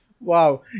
Wow